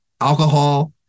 alcohol